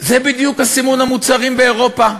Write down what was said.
זה בדיוק סימון המוצרים באירופה.